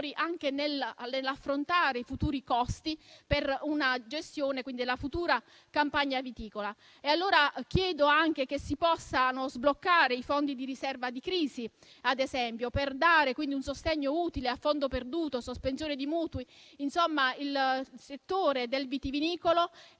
anche nell'affrontare i futuri costi per la gestione e di una futura campagna viticola. Pertanto, chiedo anche che si possano sbloccare i fondi di riserva di crisi, ad esempio, per dare un sostegno utile a fondo perduto, con la sospensione di mutui. Il settore vitivinicolo